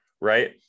right